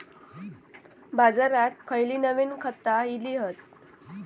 बाजारात खयली नवीन खता इली हत?